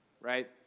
right